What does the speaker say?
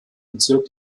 bezirk